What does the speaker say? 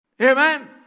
Amen